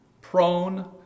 prone